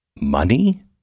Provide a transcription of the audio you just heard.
Money